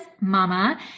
mama